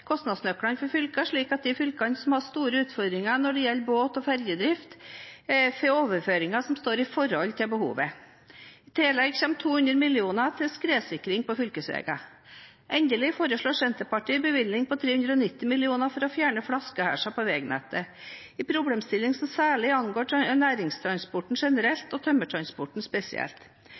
kostnadsnøklene for fylkene, slik at de fylkene som har store utfordringer når det gjelder båt- og ferjedrift, får overføringer som står i forhold til behovet. I tillegg kommer 200 mill. kr til skredsikring på fylkesveiene. Endelig foreslår Senterpartiet en bevilgning på 390 mill. kr for å fjerne flaskehalser på veinettet, en problemstilling som særlig angår næringstransporten generelt og tømmertransporten spesielt.